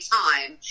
time